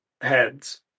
heads